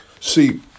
See